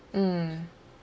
mm